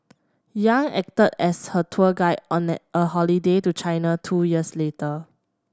Yang acted as her tour guide on an a holiday to China two years later